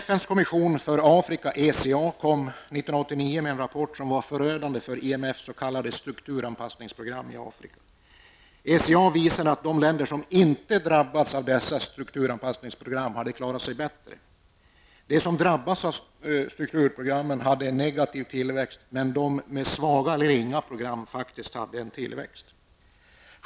FNs kommission för Afrika, ECA, kom 1989 med en rapport som var förödande för IMFs s.k. strukturanpassningsprogram i Afrika. ECA visade att de länder som inte drabbats av dessa strukturanpassningsprogram klarat sig bättre! De som drabbats av strukturprogrammen hade en negativ tillväxt medan de med svaga eller inga program faktiskt hade en tillväxt.